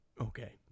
Okay